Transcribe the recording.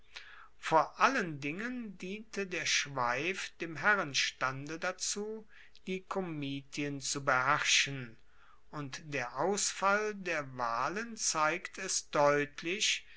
vor allen dingen diente der schweif dem herrenstande dazu die komitien zu beherrschen und der ausfall der wahlen zeigt es deutlich